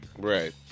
Right